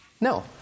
No